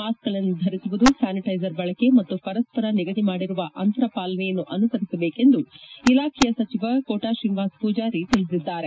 ಮಾಸ್ಕ್ಗಳನ್ನು ಧರಿಸುವುದು ಸ್ಥಾನಿಟೈಸರ್ ಬಳಕೆ ಮತ್ತು ಪರಸ್ಪರ ನಿಗದಿ ಮಾಡಿರುವ ಅಂತರ ಪಾಲನೆಯನ್ನು ಅನುಸರಿಸಬೇಕೆಂದು ಇಲಾಖೆಯ ಸಚಿವ ಕೋಟಾ ತ್ರೀನಿವಾಸ ಪೂಜಾರಿ ತಿಳಿಸಿದ್ದಾರೆ